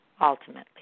ultimately